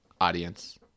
audience